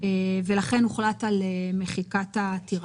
ולכן הוחלט על מחיקת העתירה.